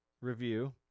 review